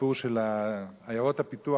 הסיפור של עיירות הפיתוח